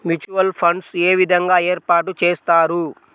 Mutual funds ఏ విధంగా ఏర్పాటు చేస్తారు?